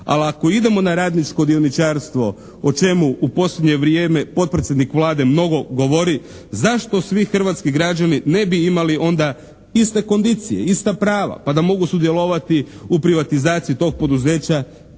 ali ako idemo na radničko dioničarstvo o čemu u posljednje vrijeme potpredsjednik Vlade mnogo govori zašto svi hrvatski građani ne bi imali onda iste kondicije, ista prava? Pa da mogu sudjelovati u privatizaciji tog poduzeća